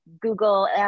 Google